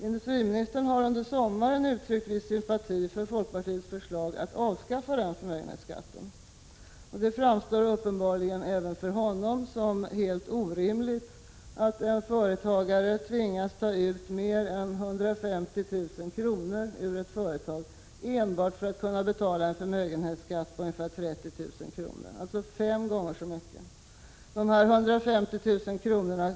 Industriministern har under sommaren uttryckt viss sympati för folkpartiets förslag att avskaffa den förmögenhetsskatten. Det framstår uppenbarligen även för honom som helt orimligt att en företagare tvingas ta ut mer än 150 000 kr. ur företaget enbart för att kunna betala en förmögenhetsskatt på ungefär 30 000 kr., alltså fem gånger så mycket. Dessa 150 000 kr.